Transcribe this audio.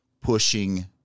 pushing